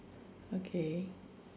okay